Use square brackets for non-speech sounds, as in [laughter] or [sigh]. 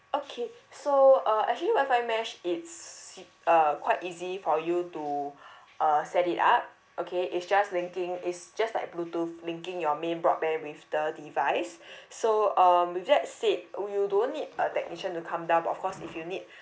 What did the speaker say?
okay so uh actually wi-fi mesh it's uh quite easy for you to [breath] uh set it up okay it's just linking it's just like bluetooth linking your main broadband with the device [breath] so um with that said uh you don't need a technician to come down but of course if you need [breath]